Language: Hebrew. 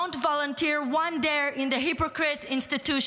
Don't volunteer one day in the hypocrite institutions.